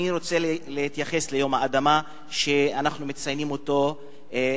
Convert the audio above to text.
אני רוצה להתייחס ליום האדמה שאנחנו מציינים מחר.